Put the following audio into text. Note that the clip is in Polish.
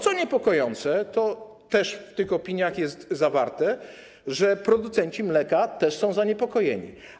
Co niepokojące, w tych opiniach jest zawarte to, że producenci mleka też są zaniepokojeni.